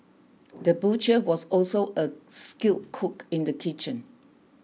the butcher was also a skilled cook in the kitchen